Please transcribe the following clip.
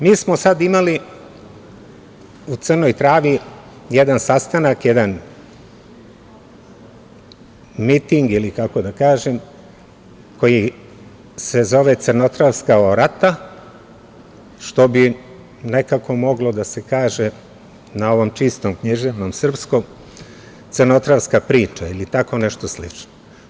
Mi smo sada imali u Crnoj Travi jedan sastanak, jedan miting, ili kako da kažem, koji se zove Crnotravska orata, što bi nekako moglo da se kaže na ovom čistom književnom srpskom crnotravska priča, ili tako nešto slično.